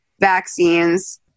vaccines